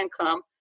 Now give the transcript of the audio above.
income